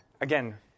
Again